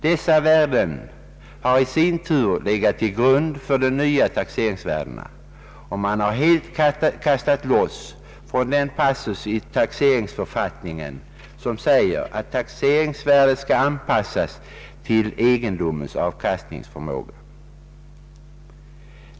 Dessa värden har i sin tur legat till grund för de nya taxeringsvärdena, och man har helt kastat loss från den passus i taxeringsförfattningen som säger att taxeringsvärdet skall anpassas till egendomens avkastningsförmåga.